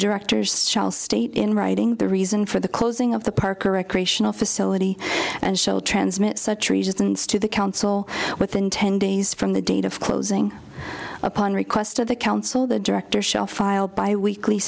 directors shall state in writing the reason for the closing of the park or recreational facility and showed transmit such resistance to the council within ten days from the date of closing upon request of the council the director shall file by weekly